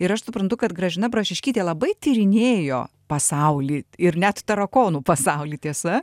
ir aš suprantu kad gražina brašiškytė labai tyrinėjo pasaulį ir net tarakonų pasaulį tiesa